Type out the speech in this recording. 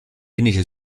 ähnliche